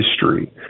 history